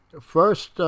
First